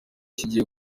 kigiye